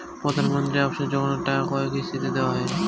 প্রধানমন্ত্রী আবাস যোজনার টাকা কয় কিস্তিতে দেওয়া হয়?